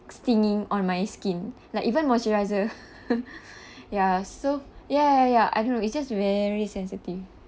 stinging on my skin like even moisturizer ya so ya ya ya I don't know it's just very sensitive